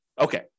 okay